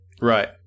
Right